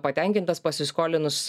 patenkintas pasiskolinus